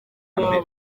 mbere